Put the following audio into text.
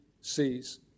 sees